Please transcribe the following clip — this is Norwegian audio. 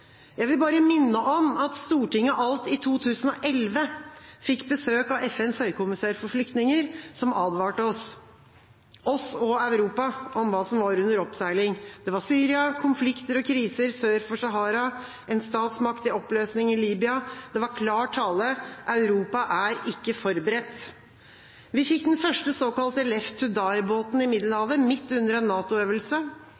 Jeg vil bare minne om at Stortinget alt i 2011 fikk besøk av FNs høykommissær for flyktninger, som advarte oss og Europa om hva som var under oppseiling. Det var Syria, det var konflikter og kriser sør for Sahara, det var en statsmakt i oppløsning i Libya. Det var klar tale: Europa er ikke forberedt. Vi fikk den første såkalte «left-to-die»-båten i